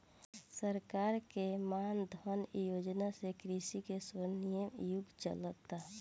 सरकार के मान धन योजना से कृषि के स्वर्णिम युग चलता